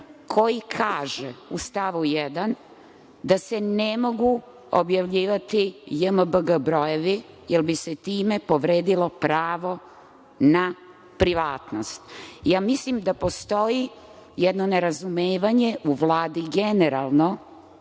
koji u stavu 1. kaže da se ne mogu objavljivati JMBG brojevi jer bi se time povredilo pravo na privatnost. Mislim da postoji jedno nerazumevanje u Vladi generalno,